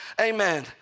amen